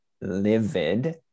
livid